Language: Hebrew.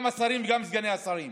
גם השרים וגם סגני השרים.